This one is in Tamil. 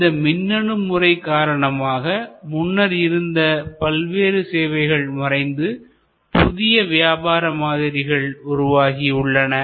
இந்த மின்னணு முறை காரணமாக முன்னர் இருந்த பல்வேறு சேவைகள் மறைந்து புதிய வியாபார மாதிரிகள் உருவாகியுள்ளன